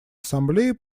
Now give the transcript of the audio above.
ассамблеи